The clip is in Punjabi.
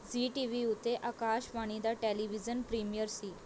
ਜ਼ੀ ਟੀਵੀ ਉੱਤੇ ਆਕਾਸ਼ਬਾਣੀ ਦਾ ਟੈਲੀਵਿਜ਼ਨ ਪ੍ਰੀਮੀਅਰ ਸੀ